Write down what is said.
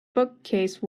bookcase